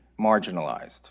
marginalized